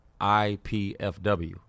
IPFW